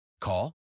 Call